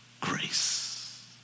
grace